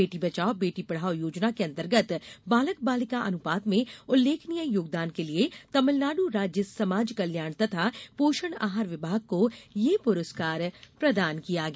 बेटी बचाओ बेटी पढ़ाओ योजना के अंतर्गत बालक बालिका अनुपात में उल्लेखनीय योगदान के लिए तमिलनाडु राज्य समाज कल्याण तथा पोषण आहार विभाग को यह पुरस्कार प्रदान किया गया